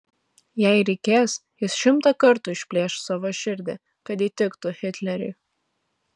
jei reikės jis šimtą kartų išplėš savo širdį kad įtiktų hitleriui